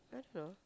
I don't know